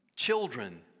Children